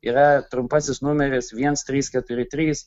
yra trumpasis numeris viens trys keturi trys